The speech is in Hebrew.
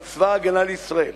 אבל צבא-הגנה לישראל,